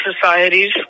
societies